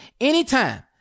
anytime